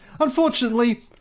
Unfortunately